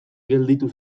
gelditu